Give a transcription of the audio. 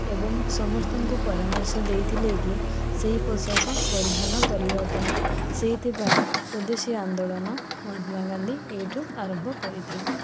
ଏବଂ ସମସ୍ତଙ୍କୁ ପରାମର୍ଶ ଦେଇଥିଲେକି ସେହି ପୋଷାକ ପରିଧାନ କରିବା ପାଇଁ ସେଥିପାଇଁ ସ୍ଵଦେଶୀ ଆନ୍ଦୋଳନ ମହାତ୍ମା ଗାନ୍ଧୀ ଏହିଠୁ ଆରମ୍ଭ କରିଥିଲେ